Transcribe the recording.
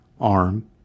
arm